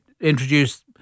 introduce